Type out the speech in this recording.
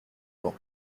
vent